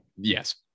Yes